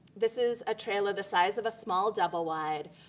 this is a trailer the size of a small bubble wide,